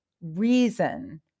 reason